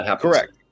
Correct